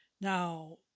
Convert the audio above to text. Now